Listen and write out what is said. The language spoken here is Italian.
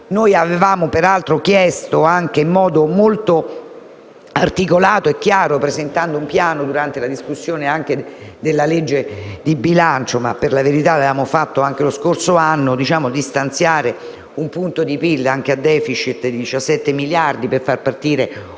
noi avevamo chiesto, anche in modo molto articolato e chiaro, presentando un piano durante la discussione della legge di bilancio (per la verità lo avevamo fatto anche lo scorso anno), di stanziare un punto di PIL, anche a *deficit*, pari a 17 miliardi per far partire un piano